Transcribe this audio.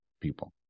people